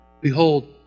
Behold